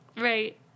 right